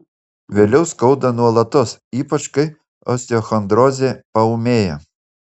vėliau skauda nuolatos ypač kai osteochondrozė paūmėja